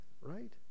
right